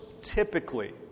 typically